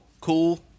cool